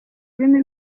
rurimi